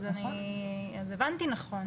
אז הבנתי נכון.